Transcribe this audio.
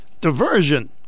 diversion